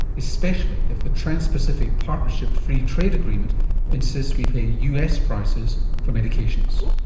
especially if the trans-pacific partnership free trade agreement insists we pay us prices for medications.